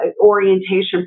orientation